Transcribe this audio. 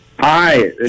Hi